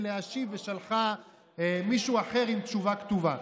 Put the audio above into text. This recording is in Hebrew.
להשיב ושלחה מישהו אחר עם תשובה כתובה.